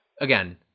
again